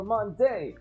Monday